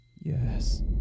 Yes